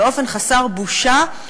באופן חסר בושה,